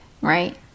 right